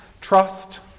trust